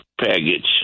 package